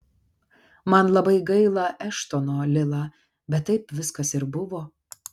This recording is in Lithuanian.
man labai gaila eštono lila bet taip viskas ir buvo